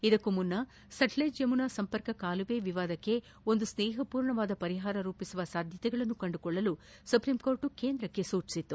ಇದಕ್ಕೂ ಮುನ್ನ ಸಟ್ಟೆಜ್ ಯಮುನಾ ಸಂಪರ್ಕ ಕಾಲುವೆ ವಿವಾದಕ್ಕೆ ಒಂದು ಸ್ನೇಪರ್ಣ ಪರಿಹಾರ ರೂಪಿಸುವ ಸಾಧ್ಯತೆಗಳನ್ನು ಕಂಡುಕೊಳ್ಳಲು ಸುಪ್ರೀಂಕೋರ್ಟ್ ಕೇಂದ್ರಕ್ಷೆ ಸೂಚಿಸಿತ್ತು